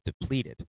depleted